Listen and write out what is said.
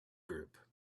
group